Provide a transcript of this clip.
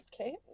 Okay